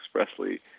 expressly